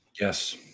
yes